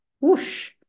whoosh